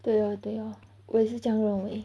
对 lor 对 lor 我也是这样认为